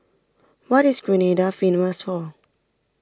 what is Grenada famous for